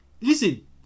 listen